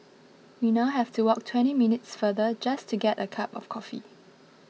we now have to walk twenty minutes farther just to get a cup of coffee